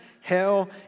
hell